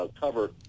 cover